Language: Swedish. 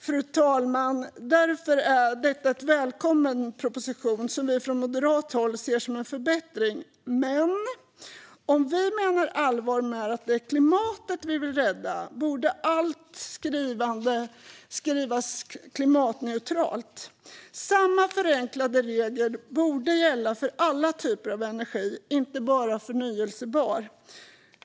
Fru talman! Därför är detta en välkommen proposition, som vi från moderat håll ser som en förbättring. Men om vi menar allvar med att det är klimatet vi vill rädda borde allt skrivas teknikneutralt. Samma förenklade regler borde gälla för alla typer av energi, inte bara förnybara.